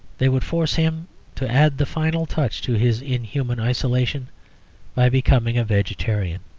they would force him to add the final touch to his inhuman isolation by becoming a vegetarian.